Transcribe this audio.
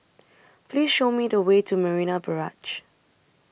Please Show Me The Way to Marina Barrage